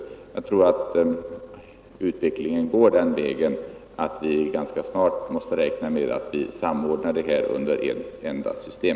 Jag tror att utvecklingen går den vägen att vi ganska snart måste räkna med att samordna detta i ett enda system.